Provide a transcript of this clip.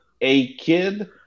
A-Kid